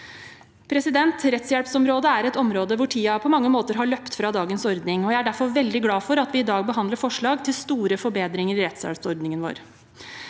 syn. Rettshjelpsområdet er et område hvor tiden på mange måter har løpt fra dagens ordning, og jeg er derfor veldig glad for at vi i dag behandler forslag til store forbedringer i rettshjelpsordningen vår.